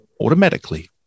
automatically